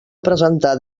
presentar